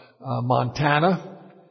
Montana